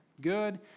good